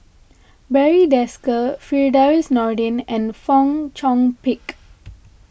Barry Desker Firdaus Nordin and Fong Chong Pik